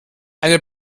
eine